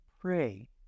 pray